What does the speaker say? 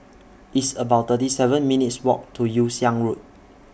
It's about thirty seven minutes' Walk to Yew Siang Road